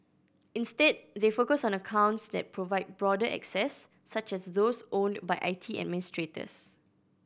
instead they focus on accounts that provide broader access such as those owned by I T administrators